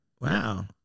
Wow